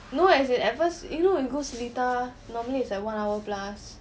no as in at first you know when you go seletar normally it's like one hour plus